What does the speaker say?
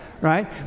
right